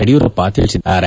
ಯಡಿಯೂರಪ್ಪ ತಿಳಿಸಿದ್ದಾರೆ